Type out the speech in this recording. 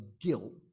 guilt